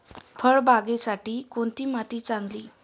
फळबागेसाठी कोणती माती चांगली?